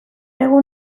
egun